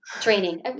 training